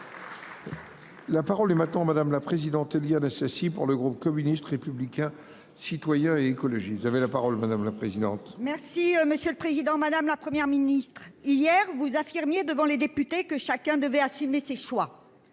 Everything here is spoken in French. La parole est maintenant madame la présidente. Ceci pour le groupe communiste, républicain, citoyen et écologiste, vous avez la parole madame la présidente. Merci monsieur le président, madame, la Première ministre hier vous affirmiez devant les députés que chacun devait assumer ses choix.